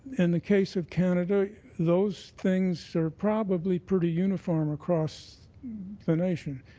in the case of canada, those things are probably pretty uniform across the nation.